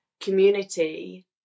community